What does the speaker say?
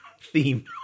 theme